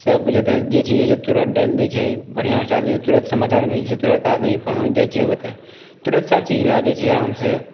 सभ जतऽ जे चीज होइ छै तुरत डालि दै छै बढ़िआँ सँ आदमीके तुरत समाचार मिल तुरत आदमी पहुँच जाइ छै ओतऽ तुरत सभचीज भए जाइ छै आराम से